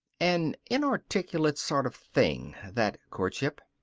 an inarticulate sort of thing, that courtship.